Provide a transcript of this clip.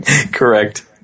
Correct